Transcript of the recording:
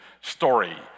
story